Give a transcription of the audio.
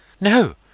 No!—